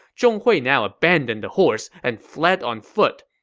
zhong hui now abandoned the horse and fled on foot.